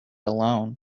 alone